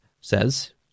says